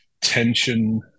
Tension